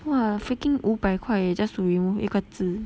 !wah! freaking 五百块 just to remove 一个痣